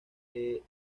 que